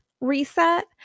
reset